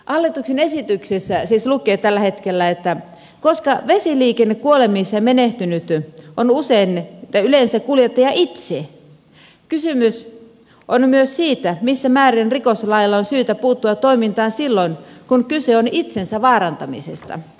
hallituksen esityksessä siis lukee tällä hetkellä että koska vesiliikennekuolemissa menehtynyt on yleensä kuljettaja itse kysymys on myös siitä missä määrin rikoslailla on syytä puuttua toimintaan silloin kun kyse on itsensä vaarantamisesta